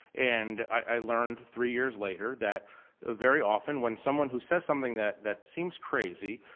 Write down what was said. and i learned three years later that very often when someone who says something that that seems crazy,